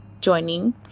joining